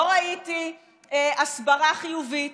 לא ראיתי הסברה חיובית,